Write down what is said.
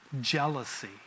jealousy